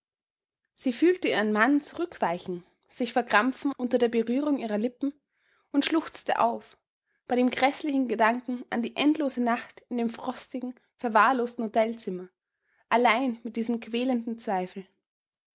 sie fühlte ihren mann zurückweichen sich verkrampfen unter der berührung ihrer lippen und schluchzte auf bei dem gräßlichen gedanken an die endlose nacht in dem frostigen verwahrlosten hotelzimmer allein mit diesem quälenden zweifel